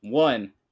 One